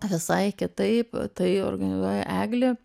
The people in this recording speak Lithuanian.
visai kitaip tai organizuoja eglė